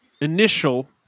Initial